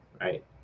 right